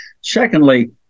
Secondly